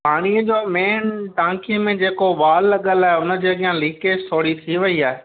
पाणीअ जो मेन टांकी में जेको वाल लॻल आहे उन जे अॻियां लीकेज थोरी थी वई आहे